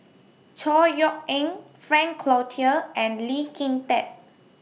Chor Yeok Eng Frank Cloutier and Lee Kin Tat